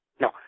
no